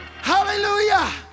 hallelujah